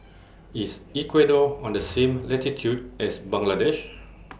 IS Ecuador on The same latitude as Bangladesh